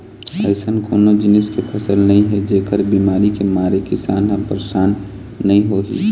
अइसन कोनो जिनिस के फसल नइ हे जेखर बिमारी के मारे किसान ह परसान नइ होही